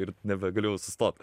ir nebegalėjau sustot